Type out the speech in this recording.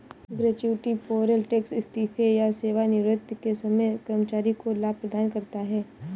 gratuity payroll tax इस्तीफे या सेवानिवृत्ति के समय कर्मचारी को लाभ प्रदान करता है